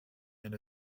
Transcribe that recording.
and